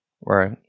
Right